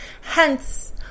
Hence